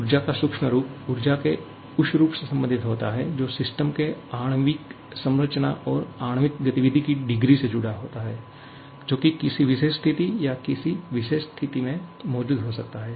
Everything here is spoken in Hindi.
ऊर्जा का सूक्ष्म रूप ऊर्जा के उस रूप से संबंधित होता है जो सिस्टम के आणविक संरचना और आणविक गतिविधि की डिग्री से जुड़ा होता है जो की किसी विशेष स्थिति या किसी विशेष स्थिति में मौजूद हो सकता है